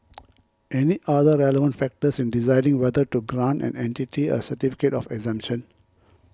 any other relevant factors in deciding whether to grant an entity a certificate of exemption